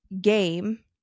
game